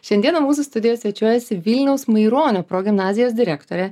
šiandieną mūsų studijo svečiuojasi vilniaus maironio progimnazijos direktorė